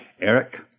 Eric